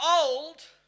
old